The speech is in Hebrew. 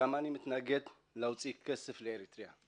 גם אני מתנגד להוציא כסף לאריתריאה.